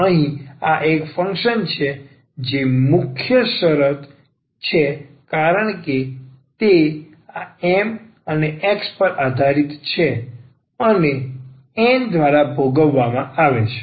તેથી જો અહીં આ એક ફંકશન છે જે મુખ્ય શરત છે કારણ કે તે આ M અને N પર આધારિત છે અને N દ્વારા ભાગવામાં આવે